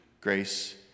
grace